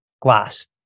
glass